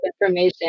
information